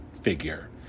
figure